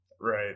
Right